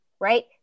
right